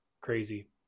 crazy